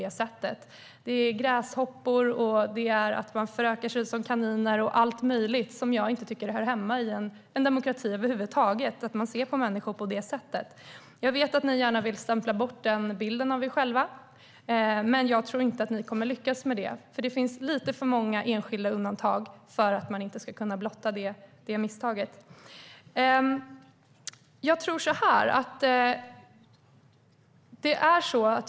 Det talas om gräshoppor, att man förökar sig som kaniner och allt möjligt. Det är en människosyn som jag inte tycker hör hemma i en demokrati över huvud taget. Jag vet att ni gärna vill tvätta bort denna stämpel av er själva, men jag tror inte att ni kommer att lyckas med det. Det finns lite för många enskilda undantag för att man ska kunna undgå att blotta dessa misstag.